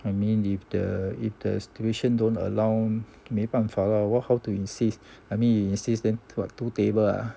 I mean if the if the situation don't allow 没办法 lor what how to insist I mean you insist then what two table ah